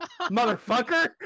Motherfucker